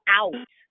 out